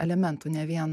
elementų ne vien